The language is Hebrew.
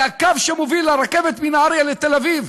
זה הקו שמוביל לרכבת מנהריה לתל-אביב,